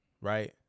Right